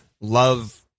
love